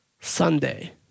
Sunday